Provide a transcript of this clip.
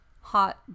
hot